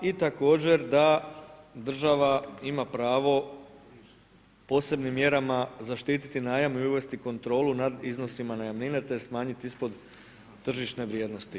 I tako da država ima pravo posebnim mjerama zaštiti najam i uvesti kontrolu nad iznosima najamnine te smanjiti ispod tržišne vrijednosti.